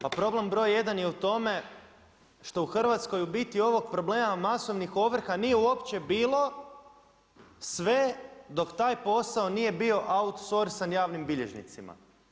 Pa problem broj jedan je u tome što u Hrvatskoj ovog problema masovnih ovrha nije uopće bilo sve dok taj posao nije bio outsoursan sa javnim bilježnicima.